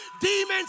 demons